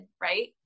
right